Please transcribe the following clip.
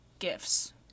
gifts